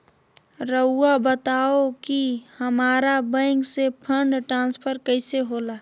राउआ बताओ कि हामारा बैंक से फंड ट्रांसफर कैसे होला?